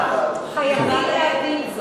עוצרים לחקירה, חייבים להבין זאת.